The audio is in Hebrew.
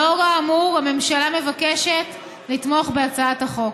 לאור האמור, הממשלה מבקשת לתמוך בהצעת החוק.